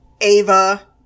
Ava